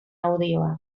audioak